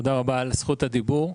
תודה רבה על זכות הדיבור.